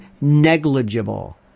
negligible